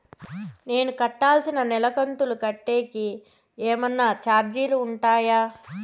నేను కట్టాల్సిన నెల కంతులు కట్టేకి ఏమన్నా చార్జీలు ఉంటాయా?